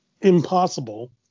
impossible